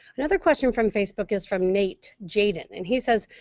another question from facebook is from nate jayden. and he says,